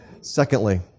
Secondly